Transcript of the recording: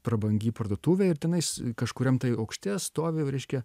prabangi parduotuvė ir tenais kažkuriam aukšte stovi va reiškia